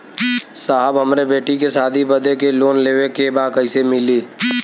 साहब हमरे बेटी के शादी बदे के लोन लेवे के बा कइसे मिलि?